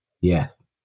Yes